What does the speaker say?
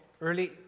early